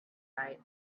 night